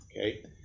Okay